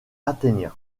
athénien